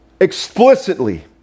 explicitly